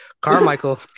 Carmichael